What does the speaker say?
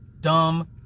dumb